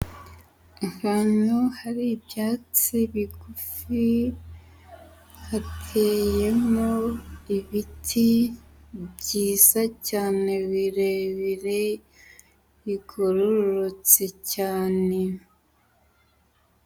Ahantu hari ibyatsi bigufi, hateyemo ibiti byiza cyane birebire, bigororotse cyane.